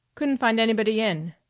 couldn't find anybody in.